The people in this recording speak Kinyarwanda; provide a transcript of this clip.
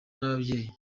nyababyeyi